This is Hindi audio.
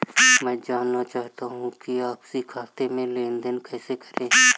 मैं जानना चाहूँगा कि आपसी खाते में लेनदेन कैसे करें?